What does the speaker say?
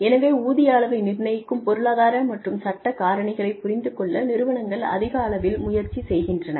எனவே ஊதிய அளவை நிர்ணயிக்கும் பொருளாதார மற்றும் சட்ட காரணிகளைப் புரிந்துகொள்ள நிறுவனங்கள் அதிக அளவில் முயற்சி செய்கின்றன